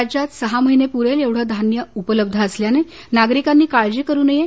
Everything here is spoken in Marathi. राज्यात सहा महिने पूरेल एवढ अन्नधान्य उपलब्ध असल्याने नागरिकांनी काळजी करू नये